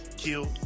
Kill